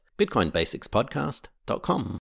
Bitcoinbasicspodcast.com